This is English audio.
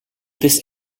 this